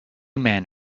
men